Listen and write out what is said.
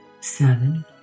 seven